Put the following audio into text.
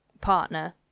partner